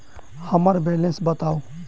हम्मर बैलेंस बताऊ